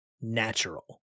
natural